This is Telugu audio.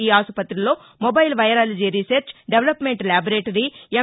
ఈ ఆసుపతిలో mobile virology research development laboratory ఎం